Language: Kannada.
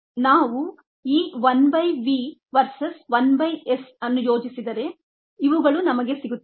ನಾವು ಈ 1 by v versus 1 by s ಅನ್ನು ಯೋಜಿಸಿದರೆ ಇವುಗಳು ನಮಗೆ ಸಿಗುತ್ತವೆ